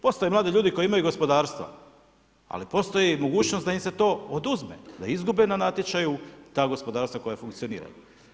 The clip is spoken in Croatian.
Postoje mladi ljudi koji imaju gospodarstva, ali postoji i mogućnost da im se to oduzme, da izgube na natječaju ta gospodarstva koja funkcioniraju.